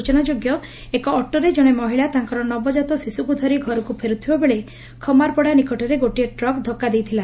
ସୂଚନାଯୋଗ୍ୟ ଏକ ଅଟୋରେ ଜଣେ ମହିଳା ତାଙ୍କର ନବଜାତ ଶିଶୁକୁ ଧରି ଘରକୁ ଫେରୁଥିବା ବେଳେ ଖମାରପଡ଼ା ନିକଟରେ ଗୋଟିଏ ଟ୍ରକ୍ ଧକ୍କା ଦେଇଥିଲା